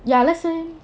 ya let's say